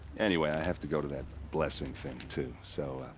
anyway, i have to go to that. blessing thing too, so ah.